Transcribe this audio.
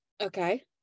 okay